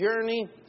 journey